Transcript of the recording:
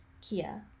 Kia